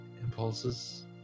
impulses